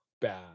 bad